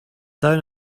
down